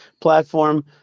platform